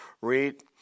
read